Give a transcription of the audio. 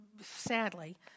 sadly